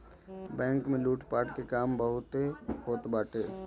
bank में लूटपाट के काम बहुते होत बाटे